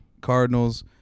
Cardinals